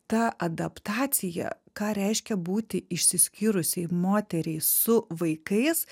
ta adaptacija ką reiškia būti išsiskyrusiai moteriai su vaikais